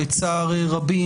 לצער רבים,